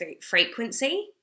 frequency